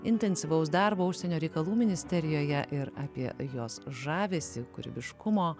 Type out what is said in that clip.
intensyvaus darbo užsienio reikalų ministerijoje ir apie jos žavesį kūrybiškumo